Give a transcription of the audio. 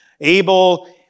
Abel